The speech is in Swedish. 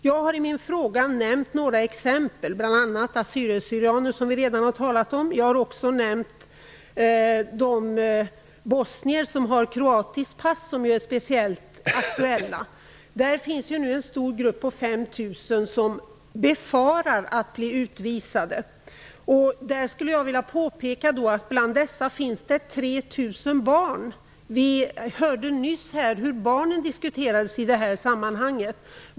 Jag har i min fråga nämnt några exempel, bl.a. om assyrier/syrianer, som vi redan har talat om. Jag har också nämnt de bosnier som har kroatiska pass. De är speciellt aktuella. En stor grupp om 5 000 personer befarar nu att bli utvisad. I den finns 3 000 barn. Vi hörde nyss hur barnen diskuterades i det här sammanhanget.